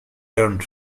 earned